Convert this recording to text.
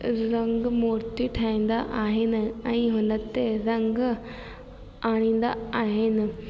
रंग मूर्ति ठाहींदा आहिनि ऐं हुनते रंग आणींदा आहिनि